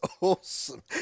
awesome